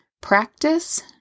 practice